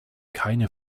keine